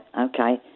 okay